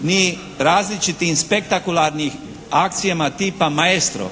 Ni različitim spektakularnim akcijama tipa "Maestro".